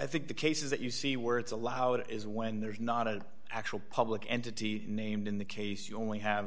i think the cases that you see where it's allowed is when there's not an actual public entity named in the case you only have